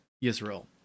Israel